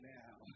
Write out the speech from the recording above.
now